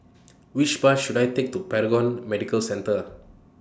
Which Bus should I Take to Paragon Medical Centre